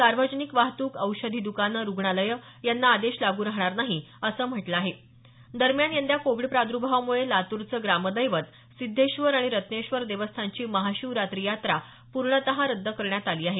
सार्वजनिक वाहत्क औषधी दकानं रुग्णालयं यांना आदेश लागू राहणार नाही असं या आदेशात म्हटलं आहे दरम्यान यंदा कोविड प्रादुर्भावामुळे लातूरचं ग्रामदैवत सिद्धेश्वर आणि रत्नेश्वर देवस्थानची महाशिवरात्री यात्रा पूर्णतः रद्द करण्यात आली आहे